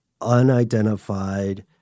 unidentified